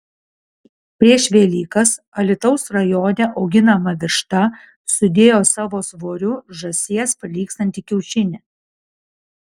prieš velykas alytaus rajone auginama višta sudėjo savo svoriu žąsies prilygstantį kiaušinį